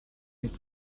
mit